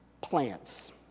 Plants